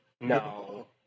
no